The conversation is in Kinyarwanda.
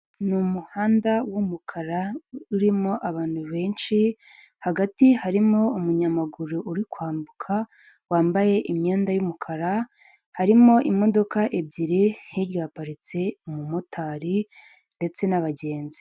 Ni umuhanda w'umukara urimo abantu benshi, hagati harimo umunyamaguru uri kwambuka wambaye imyenda y’umukara, harimo imodoka ebyiri, hirya haparitse umu motari ndetse n'abagenzi.